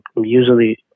usually